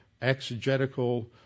exegetical